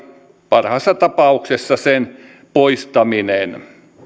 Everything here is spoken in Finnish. parhaassa tapauksessa sen poistaminen